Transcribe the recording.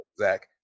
Zach